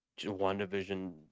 WandaVision